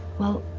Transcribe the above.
well,